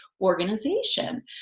organization